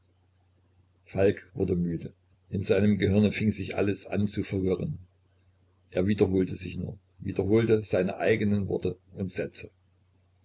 falk wurde müde in seinem gehirne fing sich alles an zu verwirren er wiederholte sich nur wiederholte seine eigenen worte und sätze